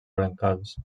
brancals